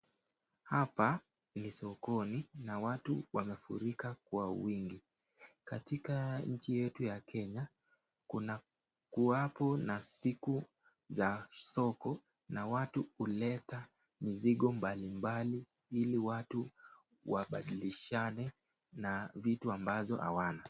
Hapa ni sokoni na watu wamefurika kwa wingi, katika nchi yetu ya Kenya kuna kuwapo siku za soko na watu huleta mizigo mbalimbali ili watu wabadilishane na vitu ambazo hawana.